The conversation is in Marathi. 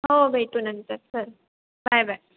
हो भेटू नंतर चल बाय बाय